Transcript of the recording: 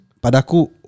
Padaku